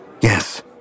Yes